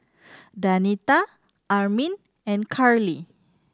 Danita Armin and Carley